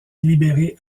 libéré